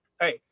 hey